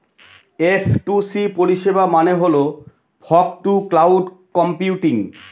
F two C পরিষেবা মানে হল ফগ টু ক্লাউড কম্পিউটিং